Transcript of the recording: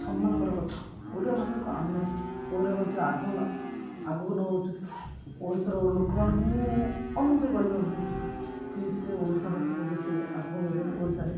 ସମ୍ମାନଙ୍କର କଥା ଓଡ଼ିଆ ଭାଷାକୁ ଆମେ ଓଡ଼ିଆ ଭାଷା ଆଗକୁ ଆଗକୁ ନେବା ଉଚିତ ଓଡ଼ିଶାର ଲୋକମାନଙ୍କୁ ମୁଁ ଅନୁଭୂତ କରିବାକୁ ଚାହୁଁଛି କି ସେ ଓଡ଼ିଶା ଭାଷାକୁ କିଛି ଆଗକୁ ନେବେ ଓଡ଼ିଶାରେ